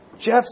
Jeff